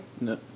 No